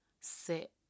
sit